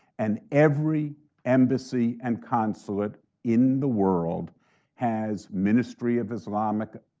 and every embassy and consulate in the world has ministry of islamic